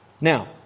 Now